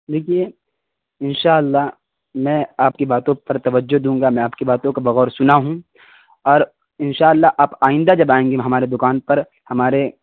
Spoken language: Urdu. دیکھیے ان شاء اللہ میں آپ کی باتوں پر توجہ دوں گا میں آپ کی باتوں کو بغور سنا ہوں اور ان شاء اللہ آپ آئندہ جب آئیں گے ہمارے دوکان پر ہمارے